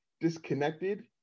disconnected